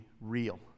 Real